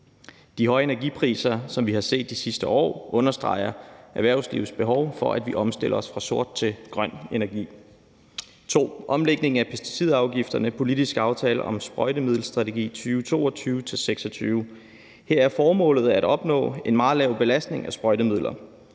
De høje energipriser, som vi har set de sidste år, understreger erhvervslivets behov for, at vi omstiller os fra sort til grøn energi. Den andel del indeholder en omlægning af pesticidafgifterne og politisk aftale om sprøjtemiddelstrategi 2022-26. Her er formålet at opnå en meget lav belastning med sprøjtemidler.